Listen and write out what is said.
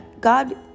God